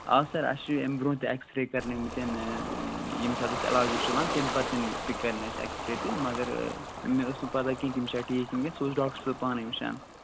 آ سر اَسہِ چھُ اَمہِ برٛونٛٹھ تہِ اٮ۪کٕس رے کٔرنٲیمٕتٮ۪ن ییٚمہِ ساتہٕ اَسہِ عٮ۪لاج اوس چلان تَمہِ پتہٕ تہِ کرنٲے اَسہِ اٮ۪کٕس رے تہٕ مگر مےٚ ٲس نہٕ پتاہ کیٚنٛہہ تِم چھا ٹھیٖک کِنہٕ کیٚنٛہہ سُہ اوس ڈاکٹر صٲب پانَے وُچھان